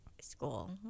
school